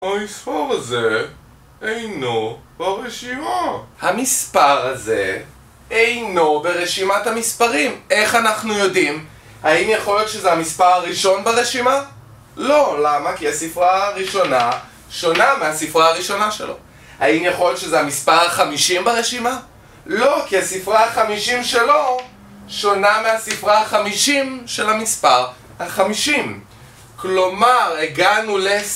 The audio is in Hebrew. המספר הזה אינו ברשימת המספר הזה אינו ברשימת המספרים איך אנחנו יודעים? האם יכול להיות שזה המספר הראשון ברשימה? לא, למה? כי הספרה הראשונה שונה מהספר הראשונה שלו האם יכול להיות שזה המספר החמישים ברשימה? לא, כי הספרה החמישים שלו שונה מהמספר החמישים של המספר החמישים כלומר, הגענו לס..